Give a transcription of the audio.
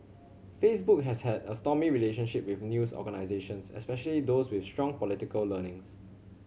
Facebook has had a stormy relationship with news organisations especially those with strong political leanings